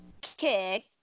kick